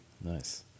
Nice